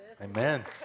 Amen